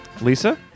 Lisa